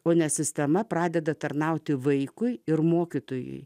o ne sistema pradeda tarnauti vaikui ir mokytojui